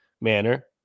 manner